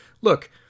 look